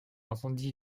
entendit